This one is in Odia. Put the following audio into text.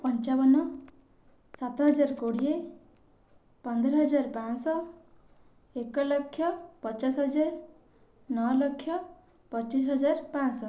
ପଞ୍ଚାବନ ସାତ ହଜାର କୋଡ଼ିଏ ପନ୍ଦର ହଜାର ପାଞ୍ଚ ଶହ ଏକ ଲକ୍ଷ ପଚାଶ ହଜାର ନଅ ଲକ୍ଷ ପଚିଶି ହଜାର ପାଞ୍ଚ ଶହ